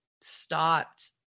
stopped